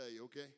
okay